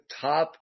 top